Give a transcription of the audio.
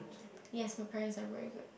yes my parents are very good